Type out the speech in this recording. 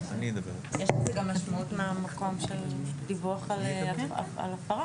יש לזה גם משמעות מהמקום של דיווח על הפרה.